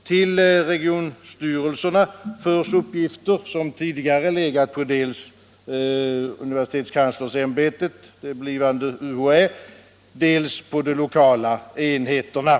Till regionstyrelserna förs uppgifter som tidigare legat dels på universitetskanslersämbetet — det blivande UHÄ - dels på de lokala enheterna.